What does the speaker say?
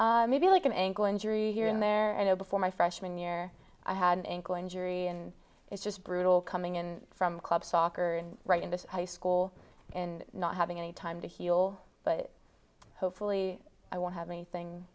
maybe like an ankle injury here and there you know before my freshman year i had an ankle injury and it's just brutal coming in from club soccer and right in this high school and not having any time to heal but hopefully i won't have anything